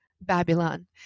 Babylon